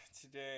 today